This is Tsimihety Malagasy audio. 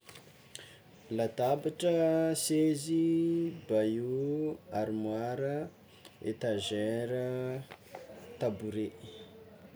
Latabatra, sezy, bahut, armoara, etagera, tabouret.